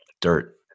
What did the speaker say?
dirt